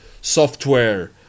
software